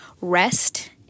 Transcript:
rest